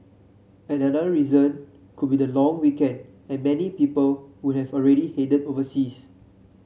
another reason could be the long weekend and many people would have already headed overseas